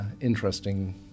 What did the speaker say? interesting